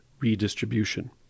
redistribution